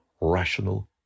rational